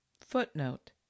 footnote